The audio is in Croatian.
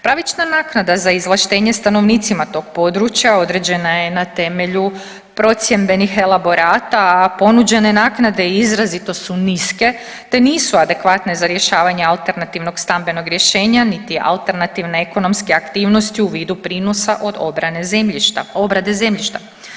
Pravična naknada za izvlaštenje stanovnicima tog područja određena je na temelju procjendbenih elaborata, a ponuđene naknade izrazito su niske te nisu adekvatne za rješavanje alternativnog stambenog rješenja niti alternativne ekonomske aktivnosti u vidu prinosa od obrane zemljišta, obrade zemljišta.